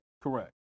Correct